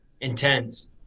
intense